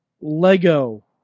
Lego